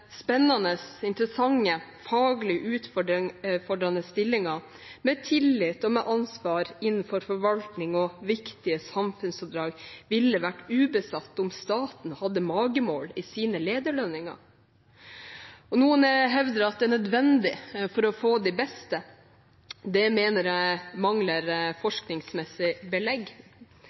spennende, interessante, faglig utfordrende stillinger med tillit og med ansvar innenfor forvaltning og viktige samfunnsoppdrag ville vært ubesatt om staten hadde magemål i sine lederlønninger. Noen hevder at det er nødvendig for å få de beste. Det mener jeg mangler forskningsmessig belegg.